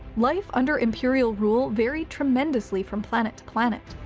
life under imperial rule varied tremendously from planet to planet.